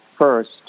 first